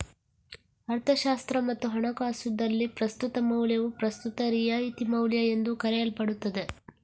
ಅರ್ಥಶಾಸ್ತ್ರ ಮತ್ತು ಹಣಕಾಸುದಲ್ಲಿ, ಪ್ರಸ್ತುತ ಮೌಲ್ಯವು ಪ್ರಸ್ತುತ ರಿಯಾಯಿತಿ ಮೌಲ್ಯಎಂದೂ ಕರೆಯಲ್ಪಡುತ್ತದೆ